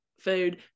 Food